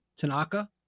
Tanaka